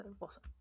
Awesome